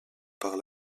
par